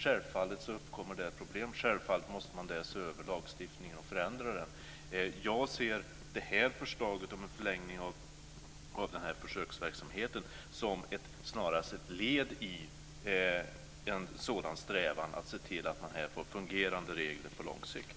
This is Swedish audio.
Självfallet uppkommer där problem, självfallet måste man där se över lagstiftningen och förändra den. Jag ser förslaget om en förlängning av den här försöksverksamheten snarast som ett led i en strävan att se till att man här får fungerande regler på lång sikt.